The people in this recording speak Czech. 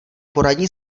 poradní